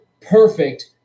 perfect